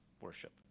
worship